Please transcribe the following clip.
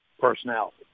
personality